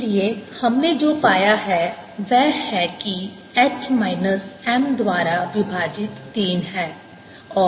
इसलिए हमने जो पाया है वह है कि H माइनस M द्वारा विभाजित तीन है